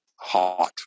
hot